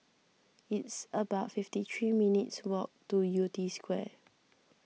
it's about fifty three minutes' walk to Yew Tee Square